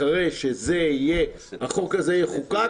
אחרי שהחוק הזה יחוקק,